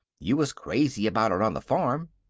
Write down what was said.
you was crazy about it on the farm.